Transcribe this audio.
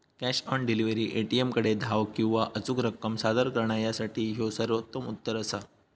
cash on delivery, ए.टी.एमकडे धाव किंवा अचूक रक्कम सादर करणा यासाठी ह्यो सर्वोत्तम उत्तर असा